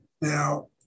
Now